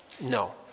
No